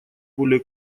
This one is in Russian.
более